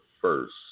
first